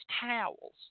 towels